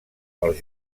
els